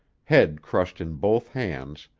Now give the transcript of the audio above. head crushed in both hands,